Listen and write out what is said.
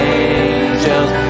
angels